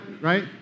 right